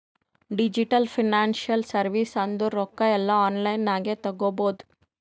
digital financial service ಅಂದುರ್ ರೊಕ್ಕಾ ಎಲ್ಲಾ ಆನ್ಲೈನ್ ನಾಗೆ ತಗೋಬೋದು